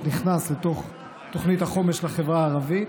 נכנס לתוך תוכנית החומש לחברה הערבית,